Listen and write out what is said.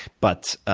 but